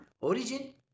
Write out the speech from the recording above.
origin